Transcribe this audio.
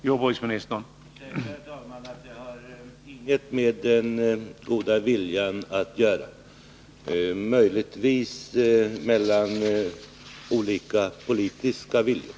Herr talman! Jag försäkrar att det inte har något med den goda viljan att göra — möjligtvis med olika politiska viljor.